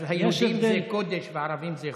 יש הבדל, אז היהודים זה קודש וערבים זה חול.